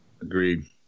Agreed